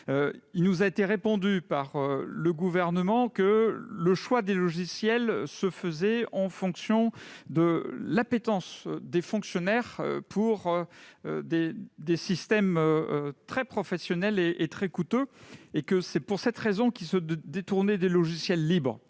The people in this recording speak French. il nous a été répondu par le Gouvernement que le choix des logiciels se faisait en fonction de l'appétence des fonctionnaires pour des systèmes très professionnels et très coûteux et que c'était pour cette raison que les logiciels libres